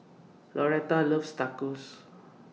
Lauretta loves Tacos